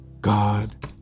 God